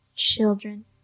children